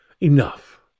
enough